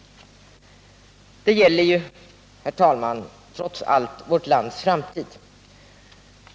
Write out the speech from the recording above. Det gäller ju, herr talman, trots allt vår framtid.